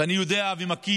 ואני יודע ומכיר